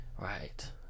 Right